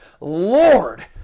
Lord